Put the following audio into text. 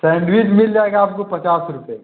sandwich मिल जाएगा आपको पचास रुपये